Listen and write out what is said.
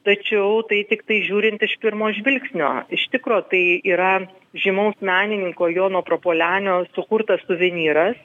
tačiau tai tiktai žiūrint iš pirmo žvilgsnio iš tikro tai yra žymaus menininko jono prapuolenio sukurtas suvenyras